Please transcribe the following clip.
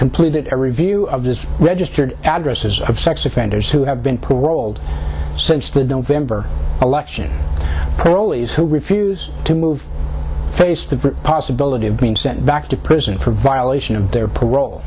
completed a review of this registered addresses of sex offenders who have been paroled since the november election parolees who refuse to move face the possibility of being sent back to prison for violation of their parole